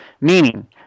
Meaning